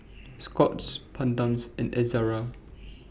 Scott's Bedpans and Ezerra